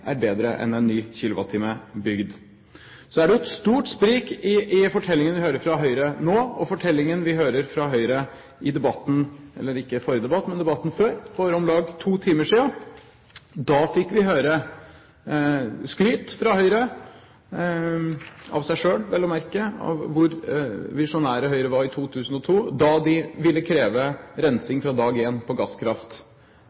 er bedre enn en ny kilowattime bygd. Så er det jo et stort sprik mellom fortellingen vi hører fra Høyre nå, og fortellingen vi hørte fra Høyre – ikke i forrige debatt, men i debatten før – for om lag to timer siden. Da fikk vi høre skryt fra Høyre, av seg selv vel å merke, over hvor visjonær Høyre var i 2002 da de ville kreve